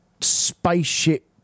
spaceship